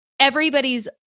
everybody's